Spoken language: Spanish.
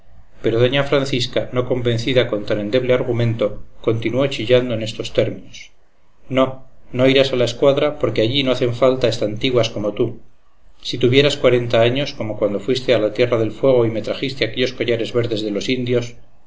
pero doña francisca no convencida con tan endeble argumento continuó chillando en estos términos no no irás a la escuadra porque allí no hacen falta estantiguas como tú si tuvieras cuarenta años como cuando fuiste a la tierra del fuego y me trajiste aquellos collares verdes de los indios